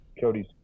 Cody's